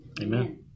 Amen